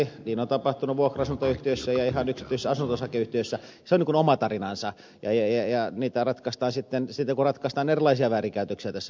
niin on tapahtunut vuokra asuntoyhtiöissä ja ihan yksityisissä asunto osakeyhtiöissä ja se on oma tarinansa ja niitä ratkaistaan siten kuin ratkaistaan erilaisia väärinkäytöksiä tässä yhteiskunnassa